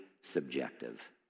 subjective